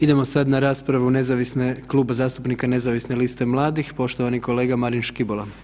Idemo sada na raspravu nezavisne, Kluba zastupnika Nezavisne liste mladih, poštovani kolega Marin Škibola.